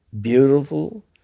beautiful